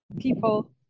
people